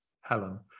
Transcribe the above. Helen